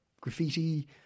graffiti